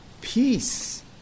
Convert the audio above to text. Peace